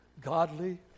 godly